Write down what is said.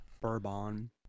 bourbon